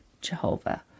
Jehovah